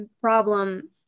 problem